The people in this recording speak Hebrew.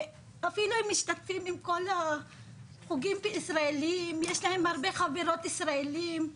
הן אפילו משתתפות בכל החוגים הישראליים ויש להן הרבה חברות ישראליות,